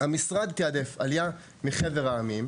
המשרד תיעדף עלייה מחבר העמים,